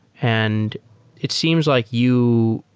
and it seems like you